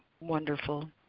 wonderful